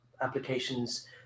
applications